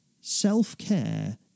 Self-care